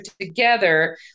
together